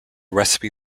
recipe